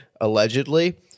allegedly